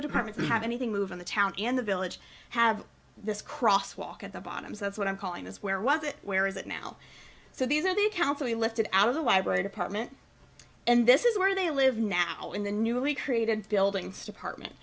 the departments have anything move in the town and the village have this crosswalk at the bottom so that's what i'm calling this where was it where is it now so these are the council he lifted out of the library department and this is where they live now in the newly created buildings department